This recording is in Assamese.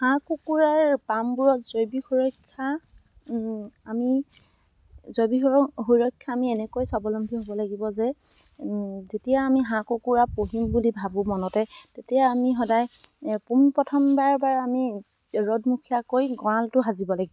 হাঁহ কুকুৰাৰ পামবোৰত জৈৱিক সুৰক্ষা আমি জৈৱিক সুৰক্ষা আমি এনেকৈ স্বাৱলম্বী হ'ব লাগিব যে যেতিয়া আমি হাঁহ কুকুৰা পুহিম বুলি ভাবোঁ মনতে তেতিয়া আমি সদায় পোনপ্ৰথমবাৰবাৰ আমি ৰ'দমুখীয়াকৈ গঁৰালটো সাজিব লাগিব